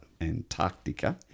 antarctica